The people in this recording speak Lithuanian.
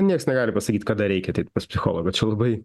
niekas negali pasakyt kada reikia ateit pas psichologą čia labai